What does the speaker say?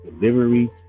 delivery